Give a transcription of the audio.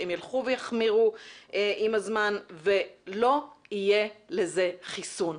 הם ילכו ויחמירו עם הזמן ולא יהיה לזה חיסון.